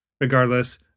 regardless